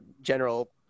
general